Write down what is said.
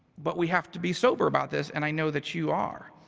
but we have to be sober about this, and i know that you are.